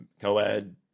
co-ed